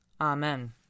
Amen